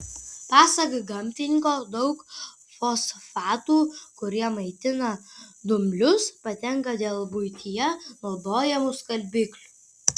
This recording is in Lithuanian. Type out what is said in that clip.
pasak gamtininko daug fosfatų kurie maitina dumblius patenka dėl buityje naudojamų skalbiklių